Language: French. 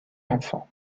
enfants